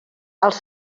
els